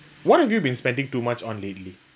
what have you been spending too much on lately